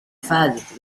fasi